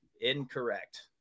incorrect